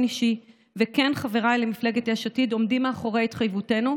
אישי וכן חבריי למפלגת יש עתיד עומדים מאחורי התחייבותנו.